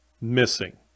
missing